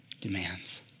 demands